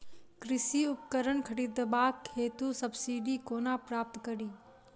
कृषि उपकरण खरीदबाक हेतु सब्सिडी कोना प्राप्त कड़ी?